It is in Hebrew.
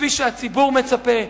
כפי שהציבור מצפה,